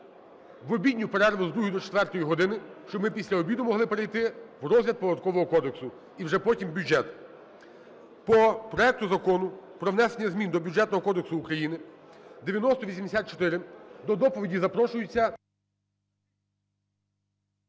в обідню перерву, з другої до четвертої години, щоб ми після обіду могли перейти в розгляд Податкового кодексу, і вже потім – бюджет. По проекту Закону про внесення змін до Бюджетного кодексу України (9084) до доповіді запрошується…